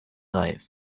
reif